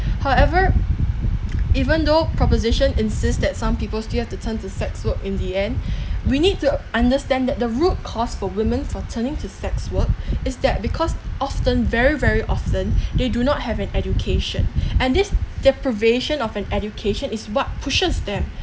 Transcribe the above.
however even though proposition insist that some people still have to turn to sex work in the end we need to understand that the root cause for women for turning to sex work is that because often very very often they do not have an education and this deprivation of an education is what pushes them